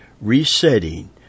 resetting